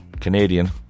Canadian